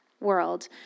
world